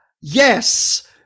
Yes